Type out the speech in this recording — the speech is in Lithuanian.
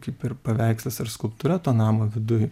kaip ir paveikslas ar skulptūra to namo viduj